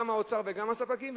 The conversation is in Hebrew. גם האוצר וגם הספקים,